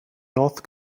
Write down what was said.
north